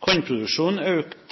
Kornproduksjonen